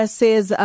says